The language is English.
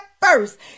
First